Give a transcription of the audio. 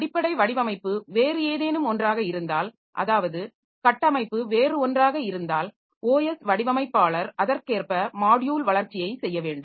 அடிப்படை வடிவமைப்பு வேறு ஏதேனும் ஒன்றாக இருந்தால் அதாவது கட்டமைப்பு வேறு ஒன்றாக இருந்தால் OS வடிவமைப்பாளர் அதற்கேற்ப மாட்யுல் வளர்ச்சியைச் செய்ய வேண்டும்